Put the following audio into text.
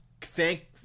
thank